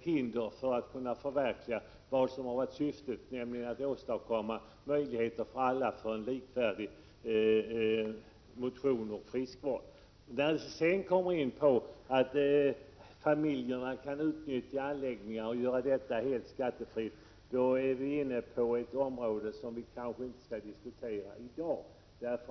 hinder för att förverkliga vad som har varit syftet, nämligen att åstadkomma möjligheter till likvärdig motion och friskvård för alla. När Kjell Johansson talar om att familjerna kan utnyttja företagets anläggningar och göra det skattefritt, är han inne på ett område som vi kanske inte skall diskutera i dag.